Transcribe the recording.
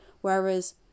Whereas